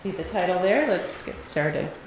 the title there, let's get started.